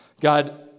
God